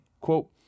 quote